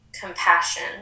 compassion